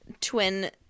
twin